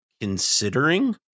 considering